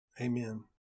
Amen